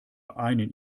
einen